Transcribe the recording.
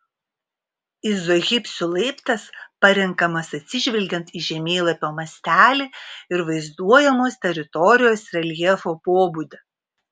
izohipsių laiptas parenkamas atsižvelgiant į žemėlapio mastelį ir vaizduojamos teritorijos reljefo pobūdį